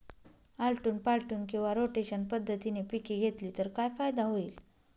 आलटून पालटून किंवा रोटेशन पद्धतीने पिके घेतली तर काय फायदा होईल?